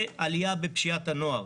ועלייה בפשיעת הנוער.